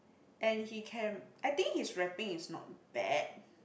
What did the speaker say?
and he can I think his rapping is not bad